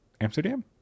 Amsterdam